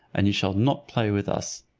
and you shall not play with us.